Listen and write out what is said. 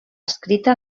escrita